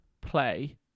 Play